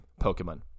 Pokemon